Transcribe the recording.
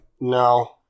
No